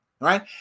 right